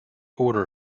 order